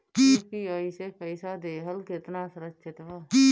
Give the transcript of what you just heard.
UPI से पईसा देहल केतना सुरक्षित बा?